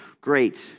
great